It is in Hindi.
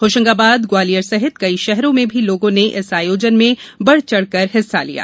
होशंगाबादग्वालियर सहित कई शहरों में भी लोगों ने इस आयोजन में बढ़चढ़कर हिस्सा लिया